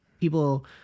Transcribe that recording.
people